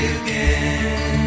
again